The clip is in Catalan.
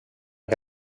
que